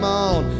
on